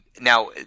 now